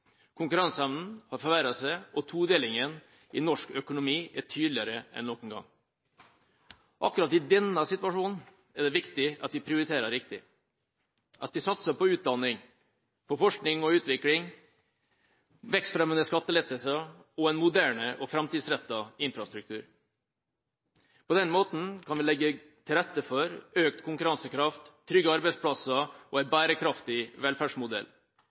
Konkurranseevnen har forverret seg, og todelingen i norsk økonomi er tydeligere enn noen gang. Akkurat i denne situasjonen er det viktig at vi prioriterer riktig – at vi satser på utdanning, på forskning og utvikling, på vekstfremmende skattelettelser og på en moderne og framtidsrettet infrastruktur. På den måten kan vi legge til rette for økt konkurransekraft, trygge arbeidsplasser og en bærekraftig velferdsmodell,